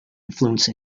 influence